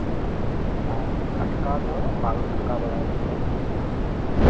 ᱟᱨ ᱟᱴᱠᱟᱣ ᱫᱚ ᱵᱟᱹᱧ ᱟᱴᱠᱟᱣ ᱵᱟᱲᱟ ᱞᱮᱱᱟ